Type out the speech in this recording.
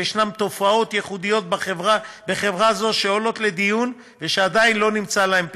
ויש תופעות ייחודיות בחברה זו שעולות לדיון ושעדיין לא נמצא להן פתרון,